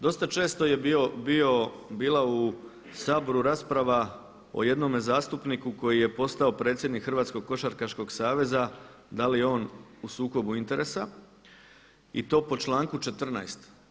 Dosta često je bila u Saboru rasprava o jednome zastupniku koji je postao predsjednik Hrvatskog košarkaškog saveza, da li je on u sukobu interesa i to po članku 14.